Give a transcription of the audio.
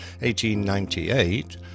1898